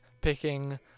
picking